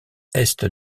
est